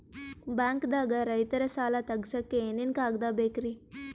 ಬ್ಯಾಂಕ್ದಾಗ ರೈತರ ಸಾಲ ತಗ್ಸಕ್ಕೆ ಏನೇನ್ ಕಾಗ್ದ ಬೇಕ್ರಿ?